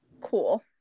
Cool